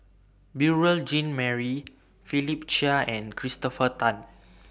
Beurel Jean Marie Philip Chia and Christopher Tan